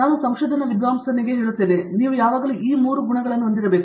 ನಾನು ಸಂಶೋಧನಾ ವಿದ್ವಾಂಸನಿಗೆ ಹೇಳುತ್ತೇನೆ ನೀವು ಯಾವಾಗಲೂ 3 ಗುಣಗಳನ್ನು ಹೊಂದಿರಬೇಕು